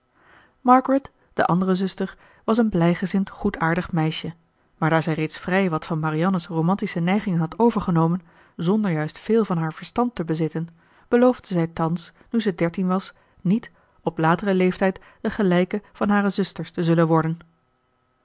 margaret de andere zuster was een blijgezind goedaardig meisje maar daar zij reeds vrij wat van marianne's romantische neigingen had overgenomen zonder juist veel van haar verstand te bezitten beloofde zij thans nu ze dertien was niet op lateren leeftijd de gelijke van hare zusters te zullen worden